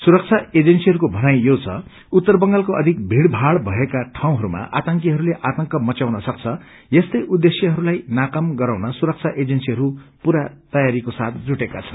सुरक्षा एजेन्सीहरूको भनाई यो छ उत्तर बंगालको अधिक भीड़भाड़ भएका ठाउँहरूमा आतंकीहरूले आतंक मच्चाउन सक्छ यस्तै उद्देश्यहरूलाई नाकाम गराउन सुरक्षा एजेन्सीहरू पुरा तयारीको साथ जुटेका छन्